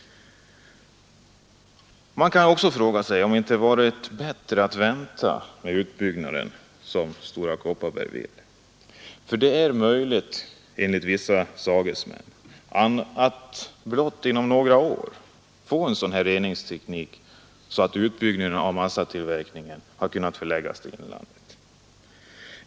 Man kan också fråga sig om det inte hade varit bättre att vänta med den utbyggnad som Stora Kopparbergs bergslag vill genomföra, för det är enligt vissa sagesmän möjligt att vi inom blott några år får en sådan reningsteknik att utbyggnaden av massatillverkningen kan förläggas till inlandet.